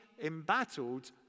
embattled